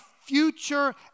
future